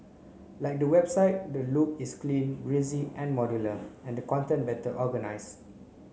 like the website the look is clean breezy and modular and the content better organise